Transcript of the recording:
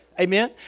Amen